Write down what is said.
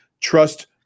Trust